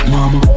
Mama